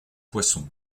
poisson